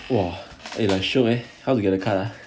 !wah! like shiok leh how to get the card ah